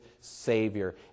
Savior